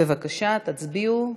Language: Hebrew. בבקשה, תצביעו.